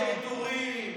שני טורים,